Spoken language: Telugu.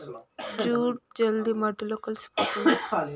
జూట్ జల్ది మట్టిలో కలిసిపోతుంది